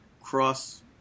cross